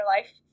life